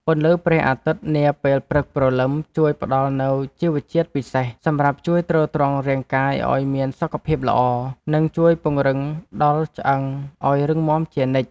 ពន្លឺព្រះអាទិត្យនាពេលព្រឹកព្រលឹមជួយផ្ដល់នូវជីវជាតិពិសេសសម្រាប់ជួយទ្រទ្រង់រាងកាយឱ្យមានសុខភាពល្អ និង ជួយពង្រឹងដល់ឆ្អឹងឱ្យរឹងមាំជានិច្ច។